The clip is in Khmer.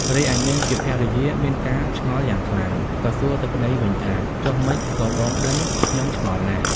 រីឯនាងជាភរិយាមានការឆ្ងល់យ៉ាងខ្លាំង ក៏សួរទៅប្ដីវិញថា ចុះម៉េចក៏បងដឹង ខ្ញុំឆ្ងល់ណាស់។